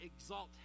exalt